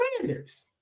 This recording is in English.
Commanders